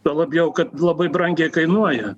tuo labiau kad labai brangiai kainuoja